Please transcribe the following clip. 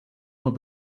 will